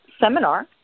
seminar